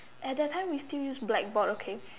at that time we still used blackboard okay